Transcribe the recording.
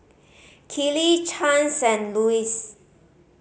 Kellee Chance and Louis